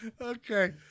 okay